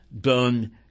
done